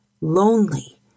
lonely